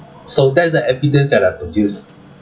so that's the evidence that are produced